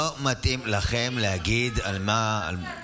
לא מתאים לכם להגיד על מה השר עבריין,